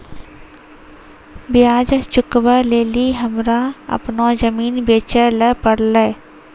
ब्याज चुकबै लेली हमरा अपनो जमीन बेचै ले पड़लै